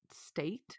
state